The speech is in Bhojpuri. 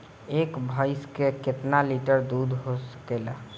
एक भइस से कितना लिटर दूध हो सकेला?